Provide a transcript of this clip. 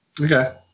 Okay